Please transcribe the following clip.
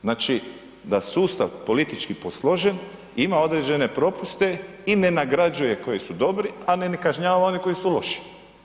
Znači da je sustav politički posložen, ima određene propuste i ne nagrađuje koji su dobri a ne ni kažnjava one koji su loži.